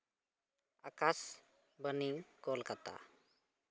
Akashvani Kolkata